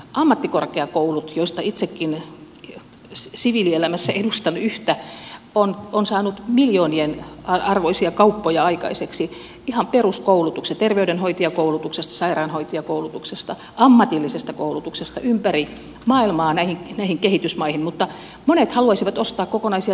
ammattikorkeakoulut joista itsekin siviilielämässä edustan yhtä ovat saaneet miljoonien arvoisia kauppoja aikaiseksi ihan peruskoulutuksesta terveydenhoitajakoulutuksesta sairaanhoitajakoulutuksesta ammatillisesta koulutuksesta ympäri maailmaa näihin kehitysmaihin mutta monet haluaisivat ostaa kokonaisia tutkintoja